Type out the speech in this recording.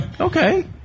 Okay